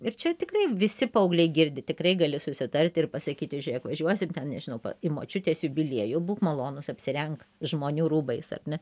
ir čia tikrai visi paaugliai girdi tikrai gali susitarti ir pasakyti žiūrėk važiuosim ten nežinau į močiutės jubiliejų būk malonus apsirenk žmonių rūbais ar ne